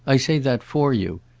i say that for you.